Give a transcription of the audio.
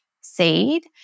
seed